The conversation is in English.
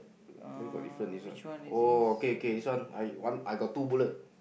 where got different this one oh okay okay this one I got two bullet